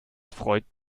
freut